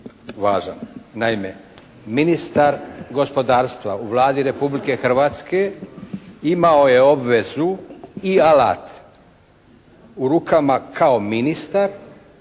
važan. Naime, ministar gospodarstva u Vladi Republike Hrvatske imao je obvezu i alat u rukama kao ministar